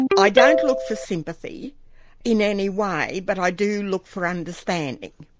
i don't look for sympathy in any way but i do look for understanding.